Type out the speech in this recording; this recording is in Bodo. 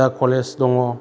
दा कलेज दङ